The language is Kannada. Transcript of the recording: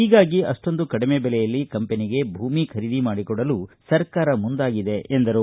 ಹೀಗಾಗಿ ಅಷ್ಟೊಂದು ಕಡಿಮೆ ಬೆಲೆಯಲ್ಲಿ ಕಂಪನಿಗೆ ಭೂಮಿ ಖರೀದಿ ಮಾಡಿಕೊಡಲು ಸರ್ಕಾರ ಮುಂದಾಗಿದೆ ಎಂದರು